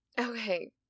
Okay